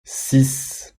six